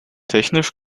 technisch